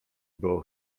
było